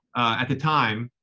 at the time,